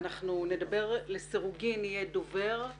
לסירוגין ידברו